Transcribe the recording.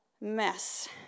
mess